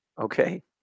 Okay